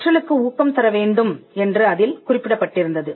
கற்றலுக்கு ஊக்கம் தர வேண்டும் என்று அதில் குறிப்பிடப்பட்டிருந்தது